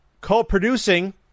co-producing